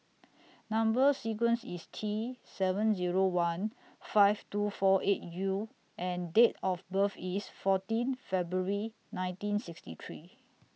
Number sequence IS T seven Zero one five two four eight U and Date of birth IS fourteen February nineteen sixty three